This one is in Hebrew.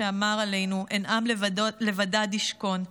שאמר עלינו "הן עם לבדד ישכון",